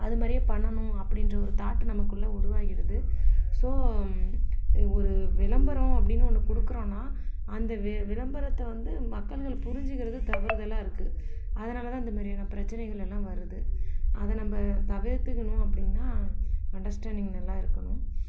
அதுமாதிரியே பண்ணனும் அப்படின்ற ஒரு தாட் நமக்குள்ளே உருவாயிடுது ஸோ ஒரு விளம்பரம் அப்படின்னு ஒன்று கொடுக்குறோன்னா அந்த விளம்பரத்தை வந்து மக்கள்கள் புரிஞ்சிக்கிறது தவறுதலாக இருக்குது அதனால் தான் அந்த மாதிரியான பிரச்சனைகளெல்லாம் வருது அதை நம்ம தவிர்த்துக்கணும் அப்படின்னா அண்டர்ஸ்டேன்டிங் நல்ல இருக்கணும்